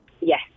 Yes